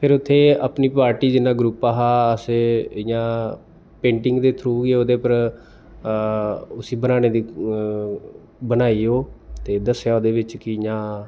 फिर उत्थै अपनी पार्टी जिन्ना ग्रुप हा अस इ'यां पेंटिंग दे थ्रू गै ओह्दे उप्पर उस्सी बनाने दी बनाई ओह् ते दस्सेआ ओहदे बिच्च कि इ'यां